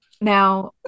Now